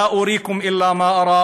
(אומר בערבית: "רק את דעתי אומַר לכם,